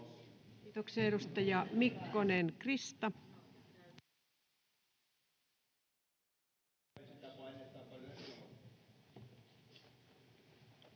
Kiitoksia. — Edustaja Mikkonen, Krista. [Speech